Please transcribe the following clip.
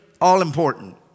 all-important